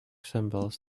symbols